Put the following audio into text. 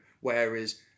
whereas